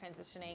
transitioning